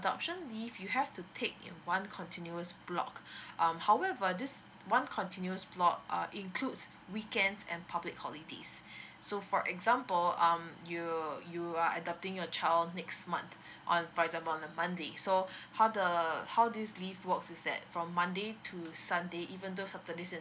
adoption leave you have to take in one continuous block um however this one continuous block uh includes weekends and public holidays so for example um you you are adopting a child next month on for example on a monday so how the how this leave works is that from monday to sunday even those saturday and